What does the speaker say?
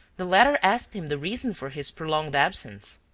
the latter asked him the reason for his prolonged absence.